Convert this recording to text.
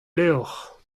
levr